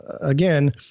again